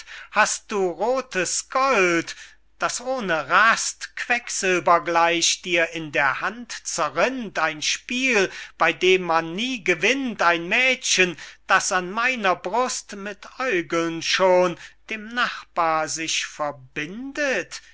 hast du rothes gold das ohne rast quecksilber gleich dir in der hand zerrinnt ein spiel bey dem man nie gewinnt ein mädchen das an meiner brust mit aeugeln schon dem nachbar sich verbindet